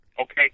Okay